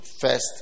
First